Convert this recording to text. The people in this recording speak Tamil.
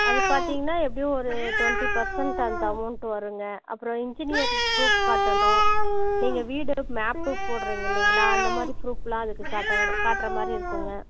அது பார்த்திங்கனா எப்படியும் ஒரு டொன்ட்டி பெர்ஸன்ட் அந்த அமௌண்ட்டு வருங்க அப்புறோம் இன்ஜினியர் ப்ரூஃப் காட்டணும் நீங்கள் வீடு மேப்பு போடுகிறிங்க இல்லைங்களா அந்த மாதிரி ப்ரூஃப்லாம் அதுக்கு காட்ட வரும் காட்டுகிற மாதிரி இருக்கும்ங்க